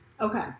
Okay